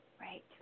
Right